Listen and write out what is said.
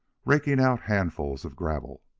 raking out handfuls of gravel.